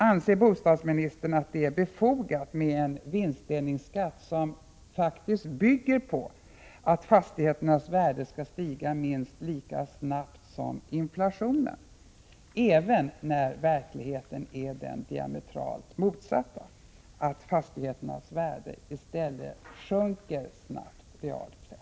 Anser bostadsministern att det är befogat med en vinstdelningsskatt som faktiskt bygger på att fastigheternas värde stiger minst lika snabbt som inflationen även när verkligheten är den diametralt motsatta, att fastigheternas värde realt sett i stället sjunker snabbt?